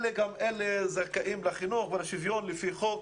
גם אלה וגם אלה זכאים לחינוך ולשוויון לפי חוק.